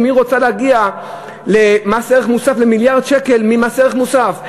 אם היא רוצה להגיע למיליארד שקל ממס ערך מוסף?